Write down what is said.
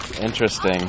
Interesting